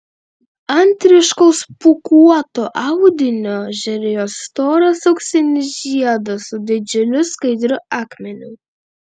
ant ryškaus pūkuoto audinio žėrėjo storas auksinis žiedas su didžiuliu skaidriu akmeniu